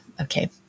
okay